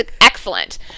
excellent